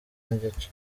n’igice